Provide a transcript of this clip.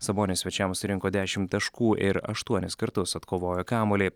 sabonis svečiams surinko dešimt taškų ir aštuonis kartus atkovojo kamuolį